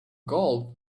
gold